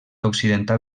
occidental